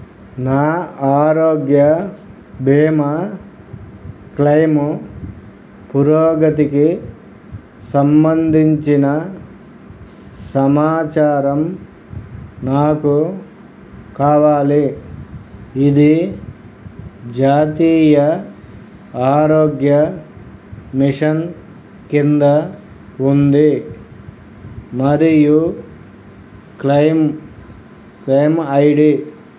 నా ఆరోగ్య బీమా క్లెయిము పురోగతికి సంబంధించిన సమాచారం నాకు కావాలి ఇది జాతీయ ఆరోగ్య మిషన్ కింద ఉంది మరియు క్లెయిమ్ క్లెయిమ్ ఐ డీ